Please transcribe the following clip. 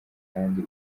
kandi